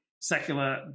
secular